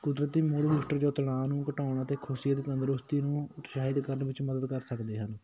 ਕੁਦਰਤੀ ਮੂਲ ਜੋ ਤਣਾਅ ਨੂੰ ਘਟਾਉਣਾ ਅਤੇ ਖੁਸੀ ਤੰਦਰੁਸਤੀ ਨੂੰ ਉਤਸ਼ਾਹਿਤ ਕਰਨ ਵਿੱਚ ਮਦਦ ਕਰ ਸਕਦੇ ਹਨ